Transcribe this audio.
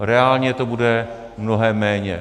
Reálně to bude mnohem méně.